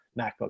MacBook